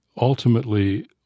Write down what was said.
ultimately